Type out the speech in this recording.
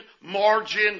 margin